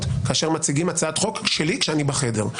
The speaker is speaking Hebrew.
כאשר מציגים הצעת חוק שלי כשאני בחדר.